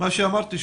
מה שאמרתי,